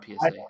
PSA